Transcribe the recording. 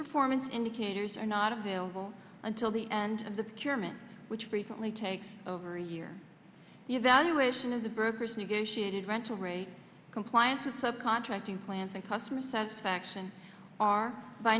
performance indicators are not available until the and the chairman which frequently takes over a year the evaluation of the brokers negotiated rental rate compliance with sub contracting plants and customer satisfaction are by